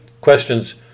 questions